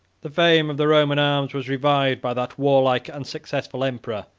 the fame of the roman arms was revived by that warlike and successful emperor,